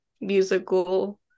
musical